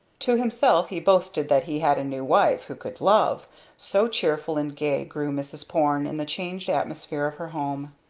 to himself he boasted that he had a new wife who could love so cheerful and gay grew mrs. porne in the changed atmosphere of her home.